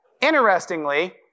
Interestingly